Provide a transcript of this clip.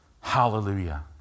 hallelujah